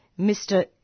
Mr